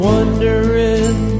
Wondering